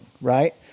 right